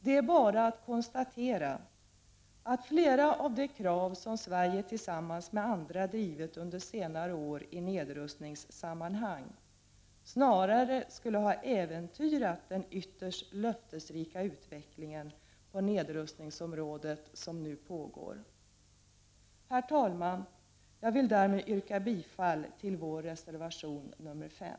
Det är bara att konstatera att flera av de krav som Sverige tillsammans med andra drivit under senare år i nedrustningssammanhang snarare skulle ha äventyrat den ytterst löftesrika utveckling på nedrustningsområdet som nu pågår. Herr talman! Jag vill därmed yrka bifall till vår reservation nr 5.